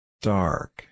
Dark